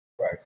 Right